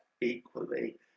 equally